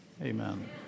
Amen